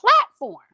platform